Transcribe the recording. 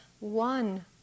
One